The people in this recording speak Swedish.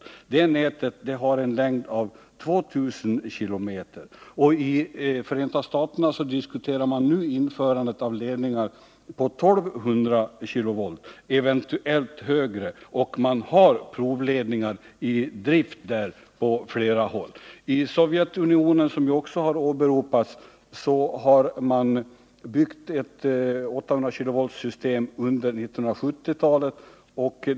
Det nätet har en längd av 2000 km. I Förenta staterna diskuterar man nu införande av ledningar på 1 200 kV, eventuellt högre spänning, och man har provledningar i drift på flera håll i USA. I Sovjetunionen, som också har åberopats, har man byggt ett 800 kV-system under 1970-talet.